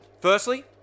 Firstly